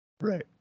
Right